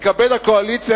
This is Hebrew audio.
תתכבד הקואליציה,